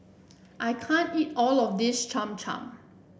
I can't eat all of this Cham Cham